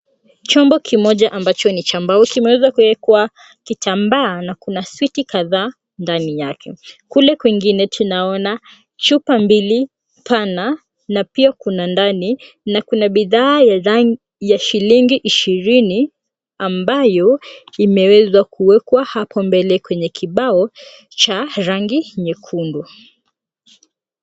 Chombo kimoja ambacho ni cha mbao kimeweza kuwekwa kitambaa na kunasiki kadhaa ndani yake. Kule kwingine tunaona chupa mbili pana na pia kuna ndani na kuna bidhaa ya shilingi ishirini ambayo imeweza kuwekwa hapo mbele kwenye kibao cha rangi nyekundu.